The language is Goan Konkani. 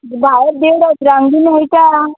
भायर देड हजारांक बीन मेयटा